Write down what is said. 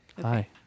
Hi